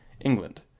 England